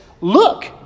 look